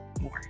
more